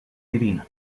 divino